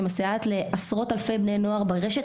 שמסייעת לעשרות אלפי בני נוער ברשת,